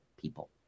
people